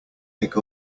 pick